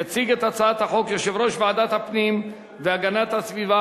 יציג את הצעת החוק יושב-ראש ועדת הפנים והגנת הסביבה,